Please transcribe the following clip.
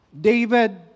David